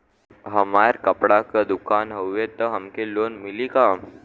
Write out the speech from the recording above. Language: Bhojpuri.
हमार कपड़ा क दुकान हउवे त हमके लोन मिली का?